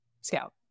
scout